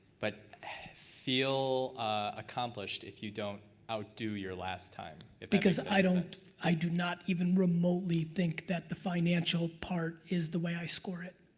but feel accomplished if you don't outdo your last time? because i don't i do not even remotely think that the financial part is the way i score it.